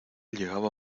llegaba